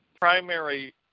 primary